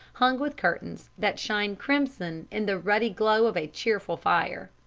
hung with curtains that shine crimson in the ruddy glow of a cheerful fire.